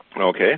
Okay